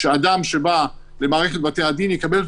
וכשאדם שבא למערכת בתי הדין הוא יקבל את